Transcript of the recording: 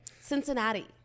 Cincinnati